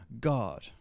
God